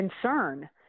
concern